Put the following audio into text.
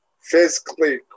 physically